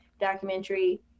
documentary